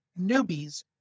newbies